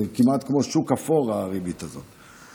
זה כמעט כמו שוק אפור, הריבית הזאת.